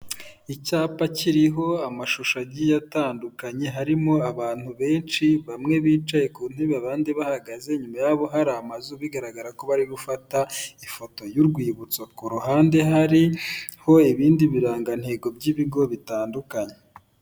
Icyapa kiriho amashusho agiye atandukanye harimo abantu benshi bamwe bicaye ku ntebe abandi bahagaze, inyuma yabo hari amazu bigaragara ko bari gufata ifoto y'urwibutso, ku ruhande hariho ibindi birangantego by'ibigo bitandukanye.